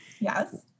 Yes